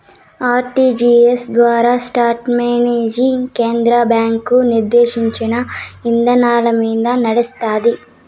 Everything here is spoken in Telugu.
ఆర్టీజీయస్ ద్వారా సిస్టమనేది కేంద్ర బ్యాంకు నిర్దేశించిన ఇదానాలమింద నడస్తాంది